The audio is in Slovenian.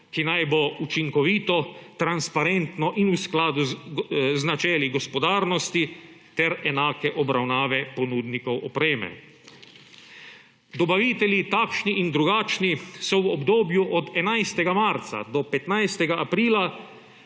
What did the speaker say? ki naj bo učinkovito, transparentno in v skladu z načeli gospodarnosti ter enake obravnave ponudnikov opreme. Dobavitelji, takšni in drugačni, so v obdobju od 11. marca do 15. aprila